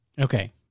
Okay